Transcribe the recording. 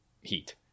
Heat